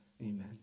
Amen